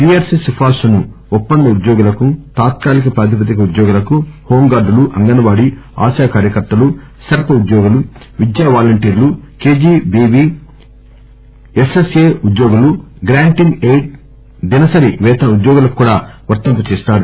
P R C సిఫార్పులను ఒప్పంద ఉద్యోగులకు తాత్కాలిక ప్రాతిపదిక ఉద్యోగులకు హోం గార్డులు అంగన్ వాడీ ఆశా కార్యకర్తలు సెర్ప్ ఉద్యోగులు విద్యా వాలంటీర్లు కేజీబీవీ ఎస్ఎస్ఎ ఉద్యోగులు గ్రాంట్ ఇస్ ఎయిడ్ దినసరి పేతన ఉద్యోగులకు కూడా వర్తింప చేస్తారు